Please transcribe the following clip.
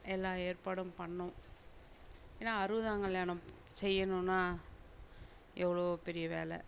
எல்லா ஏற்பாடும் பண்ணோம் ஏன்னா அறுபதாங் கல்யாணம் செய்யணுனால் எவ்வளோ பெரிய வேலை